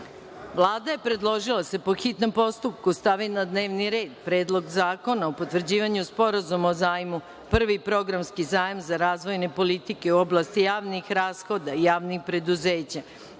je predložila da se, po hitnom postupku, stavi na dnevni red Predlog zakona o potvrđivanju Sporazuma o zajmu (prvi programski zajam za razvojne politike u oblasti javnih rashoda i javnih preduzeća)